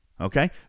Okay